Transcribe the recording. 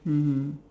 mmhmm